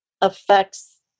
affects